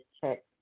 check